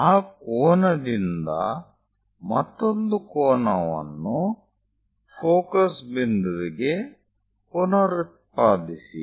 ಆ ಕೋನದಿಂದ ಮತ್ತೊಂದು ಕೋನವನ್ನು ಫೋಕಸ್ ಬಿಂದುವಿಗೆ ಪುನರುತ್ಪಾದಿಸಿ